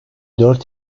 dört